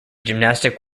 gymnastic